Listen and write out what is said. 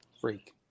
Freak